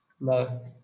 No